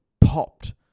popped